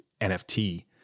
NFT